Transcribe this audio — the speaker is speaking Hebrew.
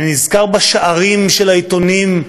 אני נזכר בשערים של העיתונים,